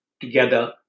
together